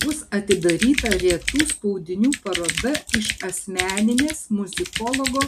bus atidaryta retų spaudinių paroda iš asmeninės muzikologo